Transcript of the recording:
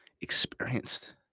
experienced